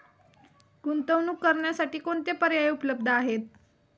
गुंतवणूक करण्यासाठी कोणते पर्याय उपलब्ध आहेत?